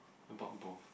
I bought both